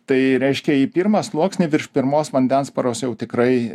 tai reiškia į pirmą sluoksnį virš primos vandensparos jau tikrai